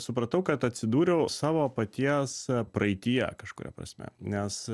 supratau kad atsidūriau savo paties praeityje kažkuria prasme nes